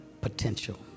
potential